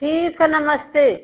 ठीक है नमस्ते